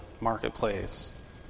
marketplace